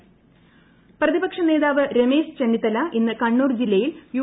പ്രചാരണം ചെന്നിത്തല പ്രതിപക്ഷ നേതാവ് രമേശ് ചെന്നിത്തല ഇന്ന് കണ്ണൂർ ജില്ലയിൽ യു